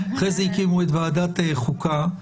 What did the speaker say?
אחרי זה הקימו את ועדת חוקה,